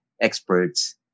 experts